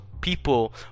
people